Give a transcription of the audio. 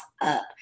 up